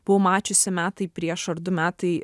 buvau mačiusi metai prieš ar du metai